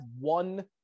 one –